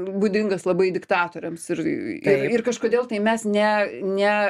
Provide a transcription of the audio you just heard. būdingas labai diktatoriams ir ir kažkodėl tai mes ne ne